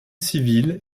civile